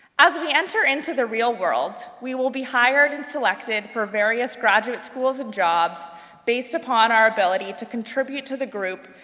as we enter into the real world, we will be hired and selected for various graduate schools and jobs based upon our ability to contribute to the group,